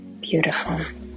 beautiful